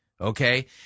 okay